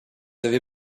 avez